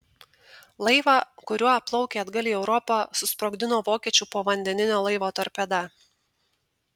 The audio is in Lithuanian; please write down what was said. laivą kuriuo plaukė atgal į europą susprogdino vokiečių povandeninio laivo torpeda